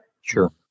Sure